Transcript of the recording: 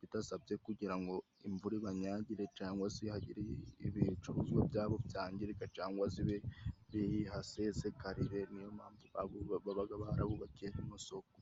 bidasabye kugira ngo imvura ibanyagire, cyangwa hagire ibicuruzwa byabo byangirika cyangwa zibe bihasesekarire. Niyo mpamvu abo babaga barabubakiye amosoko.